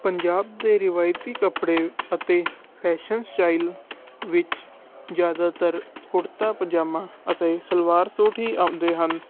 ਪੰਜਾਬ ਦੇ ਰਿਵਾਇਤੀ ਕੱਪੜੇ ਅਤੇ ਫੈਸ਼ਨ ਸਟਾਇਲ ਵਿੱਚ ਜ਼ਿਆਦਾਤਰ ਕੁੜਤਾ ਪਜਾਮਾ ਅਤੇ ਸਲਵਾਰ ਸੂਟ ਹੀ ਆਉਂਦੇ ਹਨ